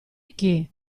chi